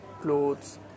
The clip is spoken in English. clothes